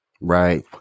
Right